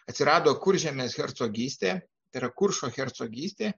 atsirado kuržemės hercogystė tai yra kuršo hercogystė